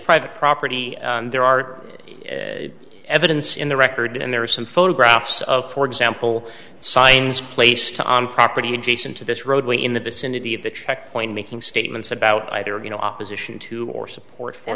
private property there are evidence in the record and there are some photographs of for example signs placed on property in jason to this roadway in the vicinity of the checkpoint making statements about either of you know opposition to or support